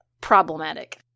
problematic